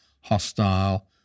hostile